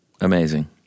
Amazing